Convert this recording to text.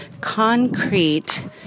concrete